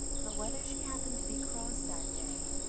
but whether she happened to be cross that day,